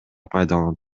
пайдаланып